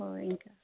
ఓహ్ ఇంకా